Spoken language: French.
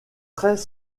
très